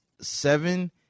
seven